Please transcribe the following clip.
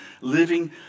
living